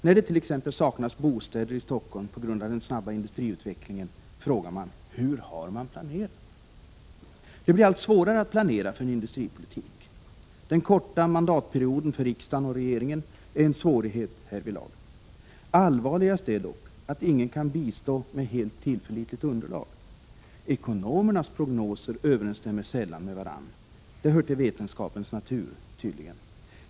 När det t.ex. saknas bostäder i Stockholm, på grund av den snabba industriutvecklingen, frågar de: Hur har man planerat? Det blir allt svårare att planera för en industripolitik. Den korta mandatperioden för riksdagen och regeringen är en svårighet härvidlag. Allvarligast är dock att ingen kan bistå med helt tillförlitligt underlag. Ekonomernas prognoser överensstämmer sällan med varandra — det hör tydligen till vetenskapens natur.